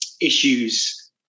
issues